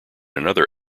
another